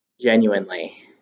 genuinely